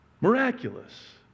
Miraculous